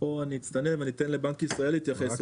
פה אני אצטנע ואני אתן לבנק ישראל להתייחס.